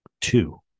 two